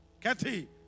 Kathy